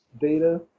data